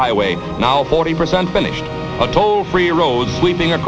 highway now forty percent finished a toll free road sweeping